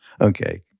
Okay